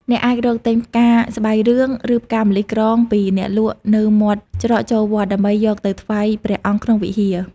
អ្នកអាចរកទិញផ្កាស្បៃរឿង ឬផ្កាម្លិះក្រងពីអ្នកលក់នៅមាត់ច្រកចូលវត្ត ដើម្បីយកទៅថ្វាយព្រះអង្គក្នុងវិហារ។